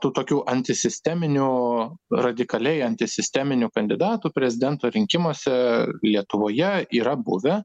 tų tokių antisisteminių radikaliai antisisteminių kandidatų prezidento rinkimuose lietuvoje yra buvę